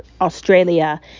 Australia